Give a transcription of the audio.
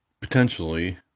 potentially